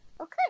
Okay